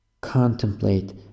contemplate